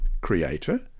Creator